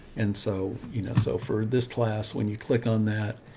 and so, you know, so for this class, when you click on that,